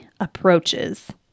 approaches